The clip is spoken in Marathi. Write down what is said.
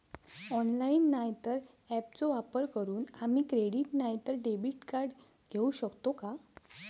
ऑनलाइन नाय तर ऍपचो वापर करून आम्ही क्रेडिट नाय तर डेबिट कार्ड घेऊ शकतो का?